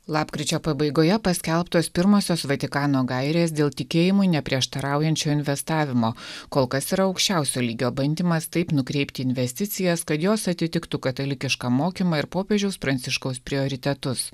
lapkričio pabaigoje paskelbtos pirmosios vatikano gairės dėl tikėjimui neprieštaraujančio investavimo kol kas yra aukščiausio lygio bandymas taip nukreipti investicijas kad jos atitiktų katalikišką mokymą ir popiežiaus pranciškaus prioritetus